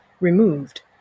removed